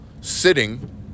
sitting